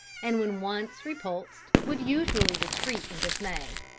and when once repulsed, would usually retreat in dismay.